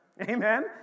Amen